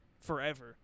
forever